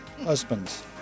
Husbands